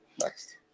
Next